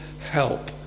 help